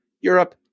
Europe